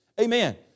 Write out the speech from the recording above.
Amen